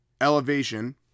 Elevation